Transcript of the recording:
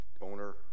owner